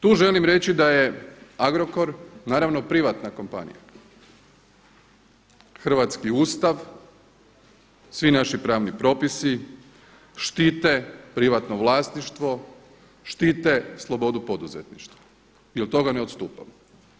Tu želim reći da je Agrokor naravno privatna kompanija, hrvatski Ustav, svi naši pravni propisi štite privatno vlasništvo, štite slobodu poduzetništva i od toga ne odstupamo.